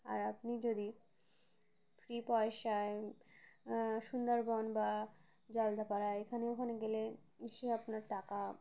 আর আপনি যদি ফ্রি পয়সায় সুন্দরবন বা জালদাপাড়া এখানে ওখানে গেলে সে আপনার টাকা